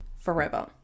forever